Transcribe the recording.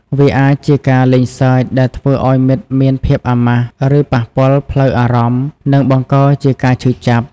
វាអាចជាការលេងសើចដែលធ្វើឱ្យមិត្តមានភាពអាម៉ាស់ ឬប៉ះពាល់ផ្លូវអារម្មណ៍ និងបង្កជាការឈឺចាប់។